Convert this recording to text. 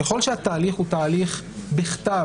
ככל שהתהליך הוא תהליך בכתב,